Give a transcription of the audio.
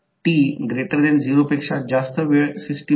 कारण एकदा या कॉइलसाठी M d idt लिहितो आणि इथे या कॉइलसाठी M d idt येईल